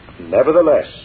Nevertheless